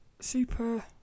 super